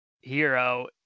hero